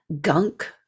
gunk